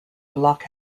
block